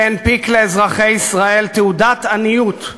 שהנפיק לאזרחי ישראל תעודת עניות,